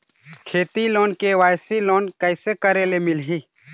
खेती loan KYC loan कइसे करे ले मिलही?